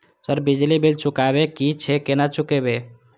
Sir बिजली bill चुकाबे की छे केना चुकेबे?